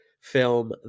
film